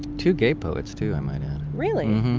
two gay poets too, i might add really?